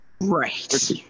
Right